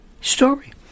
story